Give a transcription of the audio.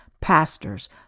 pastors